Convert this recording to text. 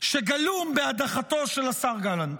שגלום בהדחתו של השר גלנט.